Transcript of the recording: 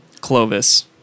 Clovis